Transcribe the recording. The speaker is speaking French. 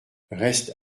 reste